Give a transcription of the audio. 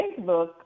Facebook